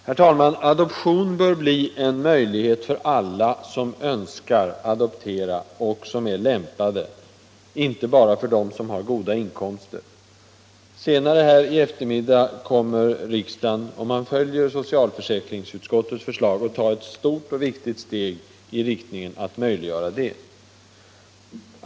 Herr talman! Adoption bör bli en möjlighet för alla som önskar och är lämpade att adoptera — inte bara för dem som har goda inkomster. Senare i eftermiddag kommer riksdagen, om man följer socialförsäkringsutskottets förslag, att ta ett stort och viktigt steg för att möjliggöra detta.